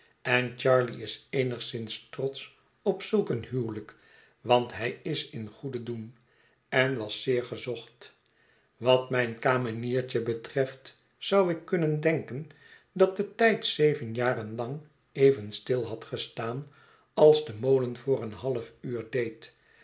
en charley is eenigszins trotsch op zulk een huwelijk want hij is in goeden doen en was zeer gezocht wat mijn kameniertje betreft zou ik kunnen denken dat de tijd zeven jaren lang even stil had gestaan als de molen voor een half uur deed